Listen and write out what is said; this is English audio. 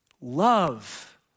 love